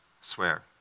swear